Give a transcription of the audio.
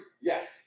Yes